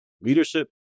leadership